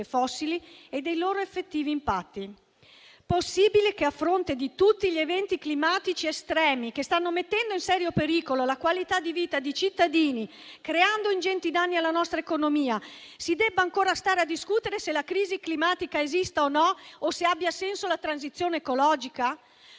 fossili e dei loro effettivi impatti. Possibile che, a fronte di tutti gli eventi climatici estremi che stanno mettendo in serio pericolo la qualità di vita di cittadini, creando ingenti danni alla nostra economia, si debba ancora stare a discutere se la crisi climatica esista o no o se abbia senso la transizione ecologica?